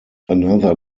another